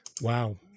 Wow